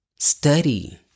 Study